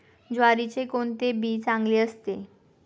ज्वारीचे कोणते बी चांगले असते?